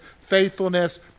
faithfulness